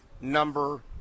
number